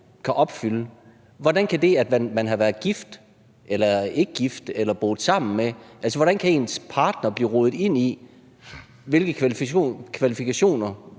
kan opfylde. Man kan have været gift eller ikke gift eller have boet sammen med en, men hvordan kan ens partner blive rodet ind i ens kvalifikationer,